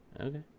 Okay